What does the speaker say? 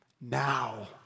now